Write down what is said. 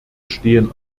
stehen